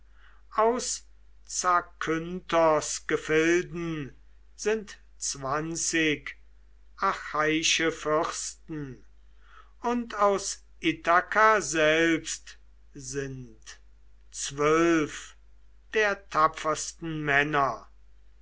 aus zakynthos gefilden sind zwanzig achaiische fürsten und aus ithaka selbst sind zwölfe der tapfersten männer